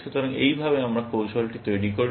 সুতরাং এইভাবে আমরা কৌশলটি তৈরি করি